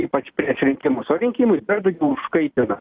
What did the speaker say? ypač prieš rinkimus o rinkimai dar daugiau užkaitina